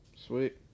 Sweet